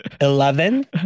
Eleven